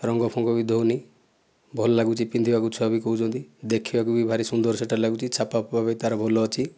ରଙ୍ଗ ଫଙ୍ଗ ବି ଦେଉନି ଭଲ ଲାଗୁଛି ପିନ୍ଧିବାକୁ ଛୁଆ ବି କହୁଛନ୍ତି ଦେଖିଆକୁ ବି ଭାରି ସୁନ୍ଦର ସେହିଟା ଲାଗୁଛି ଛାପା ଫାପା ବି ତା'ର ଭଲ ଅଛି